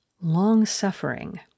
long-suffering